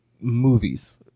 movies